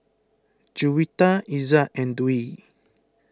Juwita Izzat and Dwi